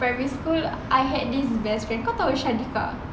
primary school I had this best friend kau tahu syadika